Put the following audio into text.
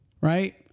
right